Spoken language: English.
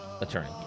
attorney